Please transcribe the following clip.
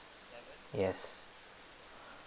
yes